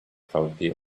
probably